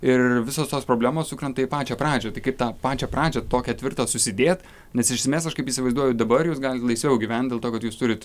ir visos tos problemos sukrenta į pačią pradžią tai kaip tą pačią pradžią tokią tvirtą susidėt nes iš esmės aš kaip įsivaizduoju dabar jūs galit laisviau gyvent dėl to kad jūs turit